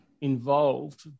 involved